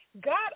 God